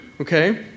Okay